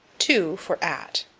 to for at.